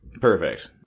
Perfect